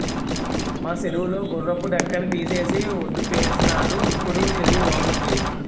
మా సెరువు లో గుర్రపు డెక్కని తీసేసి వొడ్డుకేసినారు ఇప్పుడు సెరువు బావుంది